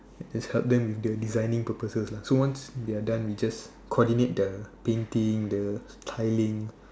just help them with their designing purposes lah so once they're done we just coordinate the painting the tiling